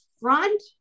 front